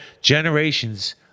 generations